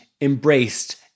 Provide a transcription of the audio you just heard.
embraced